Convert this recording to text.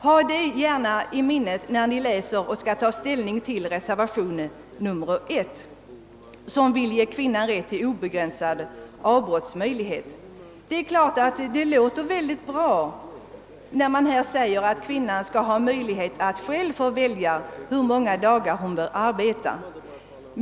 Ha gärna det i minnet, när ni läser reservationen I och skall ta ställning till frågan om kvinnans rätt till obegränsad rätt till avbrott i ledigheten. Det låter självfallet mycket bra att kvinnan bör ha möjlighet att själv välja hur många dagar hon vill arbeta.